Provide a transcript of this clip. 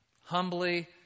humbly